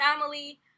family